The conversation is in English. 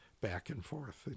back-and-forth